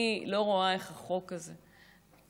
אני לא רואה איך החוק הזה מתאים,